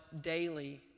daily